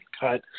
cut